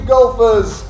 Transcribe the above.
Golfers